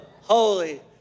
Holy